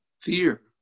fear